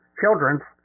children's